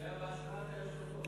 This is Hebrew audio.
זה היה בהשראת היושב-ראש.